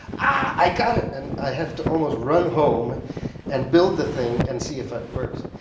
i got it! and i have to almost run home and build the thing and see if it works.